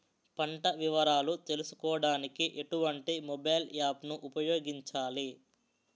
పంట వివరాలు తెలుసుకోడానికి ఎటువంటి మొబైల్ యాప్ ను ఉపయోగించాలి?